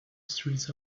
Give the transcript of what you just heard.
streets